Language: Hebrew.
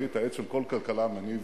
עכשיו הוא תוקף את ראש הממשלה על המינויים